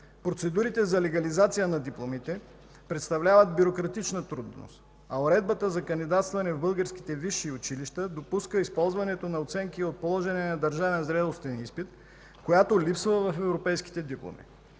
Процедурите за легализация на дипломите представляват бюрократична трудност, а уредбата за кандидатстване в българските висши училища допуска използването на оценки от положения държавен зрелостен изпит, която липсва в европейските дипломи.